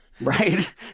Right